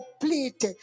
complete